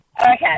Okay